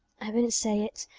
i wouldn't say it,